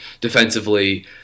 defensively